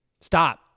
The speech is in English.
Stop